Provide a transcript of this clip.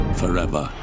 forever